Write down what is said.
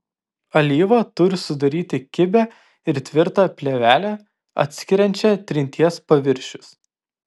alyva turi sudaryti kibią ir tvirtą plėvelę atskiriančią trinties paviršius